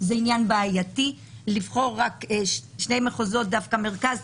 זה עניין בעייתי לבחור רק שני מחוזות דווקא מרכז,